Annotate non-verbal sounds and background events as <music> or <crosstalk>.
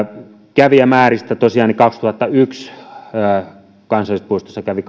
kävijämääristä tosiaan kaksituhattayksi kansallispuistoissa kävi <unintelligible>